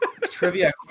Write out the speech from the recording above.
trivia